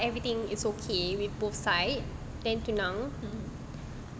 everything is okay with both sides then tunang